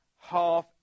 half